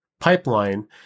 pipeline